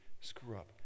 screw-up